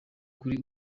kuri